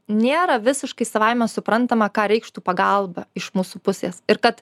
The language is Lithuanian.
nėra visiškai savaime suprantama ką reikštų pagalba iš mūsų pusės ir kad